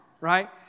Right